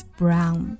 brown